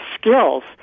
skills